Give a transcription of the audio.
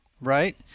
right